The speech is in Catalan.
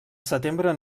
setembre